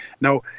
Now